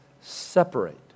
separate